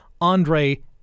Andre